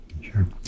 Sure